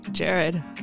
Jared